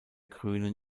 grünen